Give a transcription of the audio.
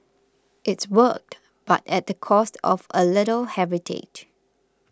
it worked but at the cost of a little heritage